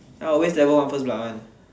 I always level one first blood one